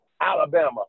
Alabama